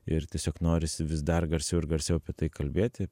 ir tiesiog norisi vis dar garsiau ir garsiau apie tai kalbėti